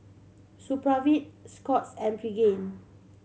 Supravit Scott's and Pregain